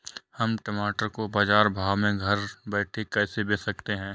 हम टमाटर को बाजार भाव में घर बैठे कैसे बेच सकते हैं?